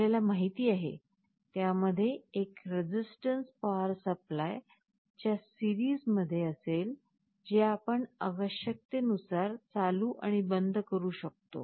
आपल्याला माहिती आहे त्यामध्ये एक रेसिस्टन्स पॉवर सप्लाय च्या सिरीज मध्ये असेल जे आपण आवश्यकतेनुसार चालू आणि बंद करू शकतो